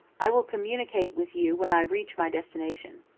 i will communicate with you when i reach my destination.